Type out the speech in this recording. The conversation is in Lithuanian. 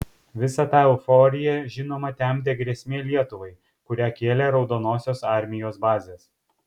visą tą euforiją žinoma temdė grėsmė lietuvai kurią kėlė raudonosios armijos bazės